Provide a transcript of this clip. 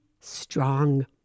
strong